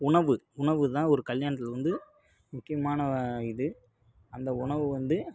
உணவு உணவுதான் ஒரு கல்யாணத்தில் வந்து முக்கியமான இது அந்த உணவு வந்து